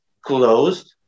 closed